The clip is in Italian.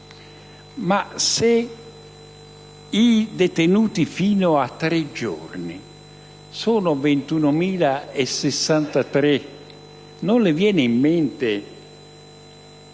Ma se i detenuti fino a tre giorni sono 21.063, non le viene in mente